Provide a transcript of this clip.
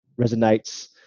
resonates